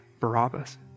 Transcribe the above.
Barabbas